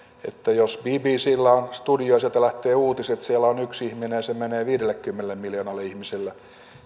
jos bbcllä on studio ja sieltä lähtevät uutiset ja siellä on yksi ihminen ja ne menevät viidellekymmenelle miljoonalle ihmiselle